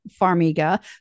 Farmiga